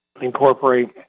incorporate